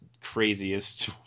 craziest